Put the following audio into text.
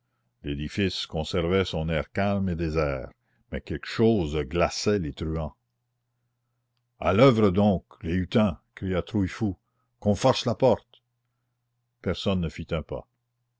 l'édifice conservait son air calme et désert mais quelque chose glaçait les truands à l'oeuvre donc les hutins cria trouillefou qu'on force la porte personne ne fit un pas